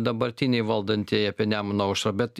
dabartiniai valdantieji apie nemuno aušrą bet